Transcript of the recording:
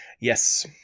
Yes